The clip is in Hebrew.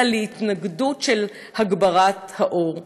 אלא להתנגדות של הגברת האור".